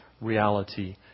reality